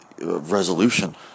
resolution